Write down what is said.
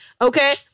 Okay